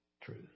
truth